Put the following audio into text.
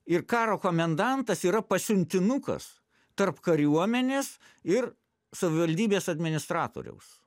ir karo komendantas yra pasiuntinukas tarp kariuomenės ir savivaldybės administratoriaus